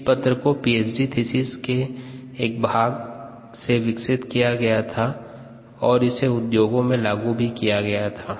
इस पत्र को पीएचडी थीसिस PhD thesis के एक भाग से विकसित किया गया था और इसे उद्योगों में लागू भी किया गया था